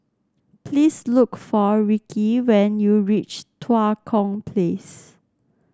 please look for Ricci when you reach Tua Kong Place